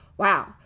Wow